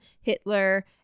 Hitler